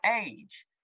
age